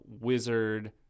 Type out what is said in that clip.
wizard